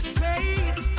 great